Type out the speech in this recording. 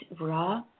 raw